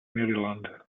maryland